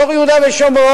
בתוך יהודה ושומרון,